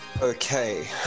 Okay